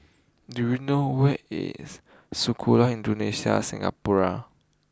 do you know where is Sekolah Indonesia Singapura